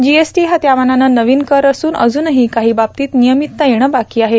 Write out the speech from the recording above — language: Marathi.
जीएसटी हा त्यामानाने नवीन कर असून अजुनही काही बाबतीत नियमितता येणं बाकी आहे